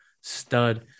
stud